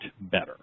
better